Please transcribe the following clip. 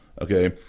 Okay